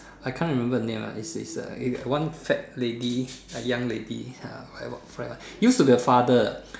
I can't remember the name lah is a is a one fat lady a young lady uh used to be a father